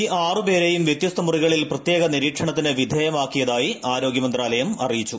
ഈ ആറുപേരെയും വൃത്യസ്ത മുറികളിൽ പ്രത്യേക നിരീക്ഷണത്തിന് വിധേയമാക്കിയതായി ആരോഗ്യമന്ത്രാലയം അറിയിച്ചു